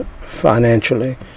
financially